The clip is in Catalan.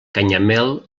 canyamel